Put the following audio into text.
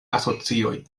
asocioj